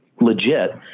legit